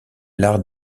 l’art